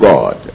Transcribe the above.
God